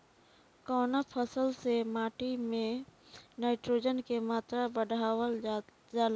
कवना फसल से माटी में नाइट्रोजन के मात्रा बढ़ावल जाला?